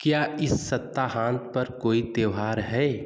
क्या इस सप्ताहांत पर कोई त्योहार है